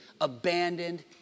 abandoned